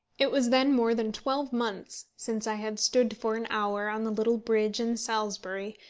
it was then more than twelve months since i had stood for an hour on the little bridge in salisbury,